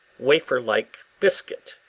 wafer-like biscuit,